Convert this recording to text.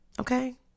okay